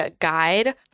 guide